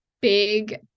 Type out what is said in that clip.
big